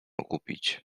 okupić